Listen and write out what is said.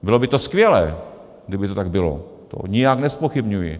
Bylo by to skvělé, kdyby to tak bylo, to nijak nezpochybňuji.